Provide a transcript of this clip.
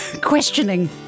questioning